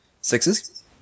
Sixes